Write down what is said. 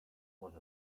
one